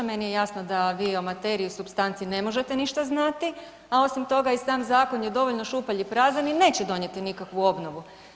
Meni je jasno da vi o materiji i supstanci ne možete ništa znati, a osim toga i sam zakon je dovoljno šupalj i prazan i neće donijeti nikakvu obnovu.